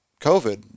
COVID